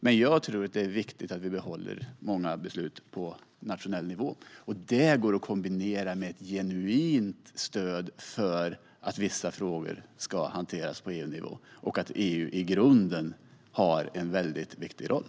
Jag tror dock att det är viktigt att vi behåller många beslut på nationell nivå, och det går att kombinera med ett genuint stöd för att vissa frågor ska hanteras på EU-nivå och att EU i grunden har en väldigt viktig roll.